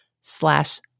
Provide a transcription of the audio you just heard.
slash